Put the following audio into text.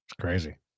crazy